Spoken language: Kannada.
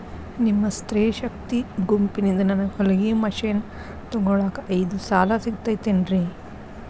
ನಿಮ್ಮ ಸ್ತ್ರೇ ಶಕ್ತಿ ಗುಂಪಿನಿಂದ ನನಗ ಹೊಲಗಿ ಮಷೇನ್ ತೊಗೋಳಾಕ್ ಐದು ಸಾಲ ಸಿಗತೈತೇನ್ರಿ?